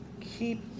Keep